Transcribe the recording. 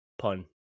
pun